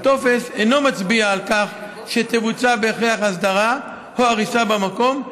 הטופס אינו מצביע על כך שתבוצע בהכרח הסדרה או הריסה במקום,